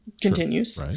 continues